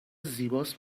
زیباست